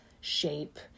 shape